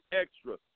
extra